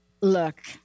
Look